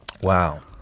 Wow